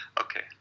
Okay